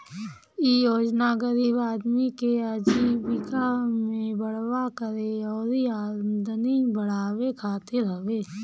इ योजना गरीब आदमी के आजीविका में बढ़ावा करे अउरी आमदनी बढ़ावे खातिर हवे